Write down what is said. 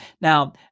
Now